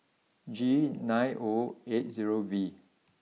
G nine O eight zero V